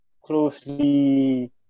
closely